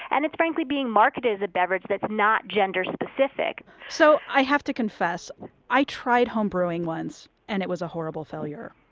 and it's frankly being marketed as a beverage that is not gender-specific so i have to confess i tried home brewing once and it was a horrible failure.